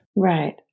Right